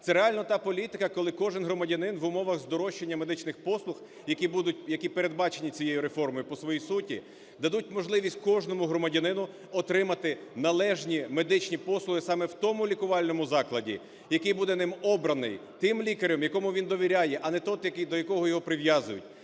це реально та політика, коли кожен громадянин, в умовах здорожчання медичних послуг, які будуть, які передбачені цією реформою по своїй суті, дадуть можливість кожному громадянину отримати належні медичні послуги саме в тому лікувальному закладі, який буде ним обраний, тим лікарем, якому він довіряє, а не той, до якого його прив'язують.